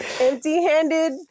empty-handed